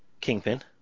Kingpin